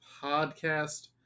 podcast